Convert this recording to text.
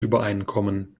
übereinkommen